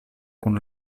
kun